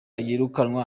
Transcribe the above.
yirukanwa